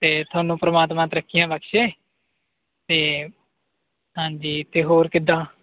ਅਤੇ ਤੁਹਾਨੂੰ ਪਰਮਾਤਮਾ ਤਰੱਕੀਆਂ ਬਖਸ਼ੇ ਅਤੇ ਹਾਂਜੀ ਤਾਂ ਹੋਰ ਕਿੱਦਾਂ